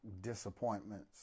disappointments